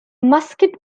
musket